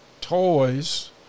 toys